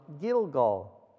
Gilgal